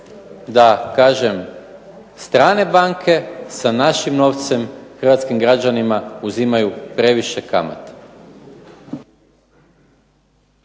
da kažem strane banke sa našim novcem hrvatskim građanima uzimaju previše banaka.